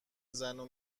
زنو